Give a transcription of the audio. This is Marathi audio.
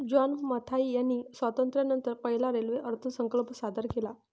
जॉन मथाई यांनी स्वातंत्र्यानंतर पहिला रेल्वे अर्थसंकल्प सादर केला